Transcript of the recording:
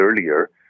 earlier